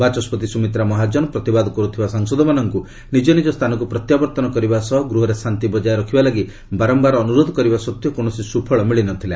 ବାଚସ୍ୱତି ସୁମିତ୍ରା ମହାଜନ ପ୍ରତିବାଦ କରୁଥିବା ସାଂସଦମାନଙ୍କୁ ନିଜ ନିଜ ସ୍ଥାନକୁ ପ୍ରତ୍ୟାବର୍ତ୍ତନ କରିବା ସହ ଗୃହରେ ଶାନ୍ତି ବଜାୟ ରଖିବା ଲାଗି ବାରମ୍ଭାର ଅନୁରୋଧ କରିବା ସତ୍ତ୍ୱେ କୌଣସି ସୁଫଳ ମିଳି ନ ଥିଲା